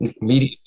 media